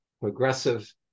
progressive